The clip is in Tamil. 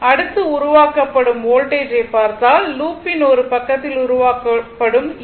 அடுத்து உருவாக்கப்படும் வோல்டேஜ் ஐ பார்த்தால் லூப்பின் ஒரு பக்கத்தில் உருவாக்கப்படும் ஈ